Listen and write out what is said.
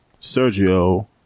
Sergio